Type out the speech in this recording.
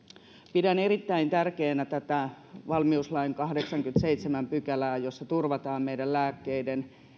pidän erittäin tärkeänä tätä valmiuslain kahdeksattakymmenettäseitsemättä pykälää jossa turvataan meidän lääkkeiden